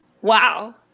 wow